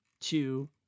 two